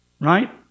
Right